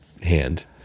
hand